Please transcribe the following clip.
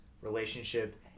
relationship